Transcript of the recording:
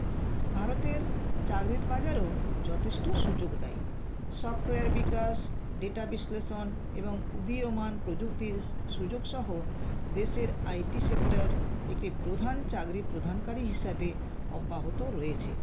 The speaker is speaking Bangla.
ভারতের চাকরির বাজারও যথেষ্ট সুযোগ দেয় সফ্টওয়্যার বিকাশ ডেটা বিশ্লেষণ এবং উদীয়মান প্রযুক্তির সুযোগসহ দেশের আইটি সেক্টর একটি প্রধান চাকরির প্রদানকারী হিসাবে অব্যাহতও রয়েছে